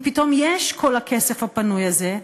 אם פתאום יש כל הכסף הפנוי הזה,